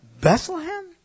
Bethlehem